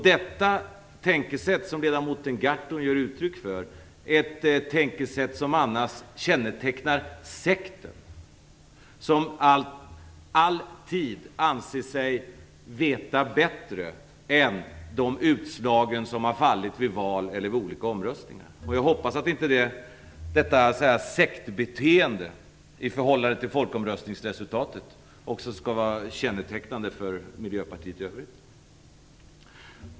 Det tänkesätt som ledamoten Gahrton ger uttryck för är något som annars kännetecknar sekten, som alltid anser sig veta bättre än de utslag som fallit vid val eller olika omröstningar. Jag hoppas att detta sektbeteende i förhållande till folkomröstningsresultatet inte skall vara kännetecknande för Miljöpartiet i övrigt.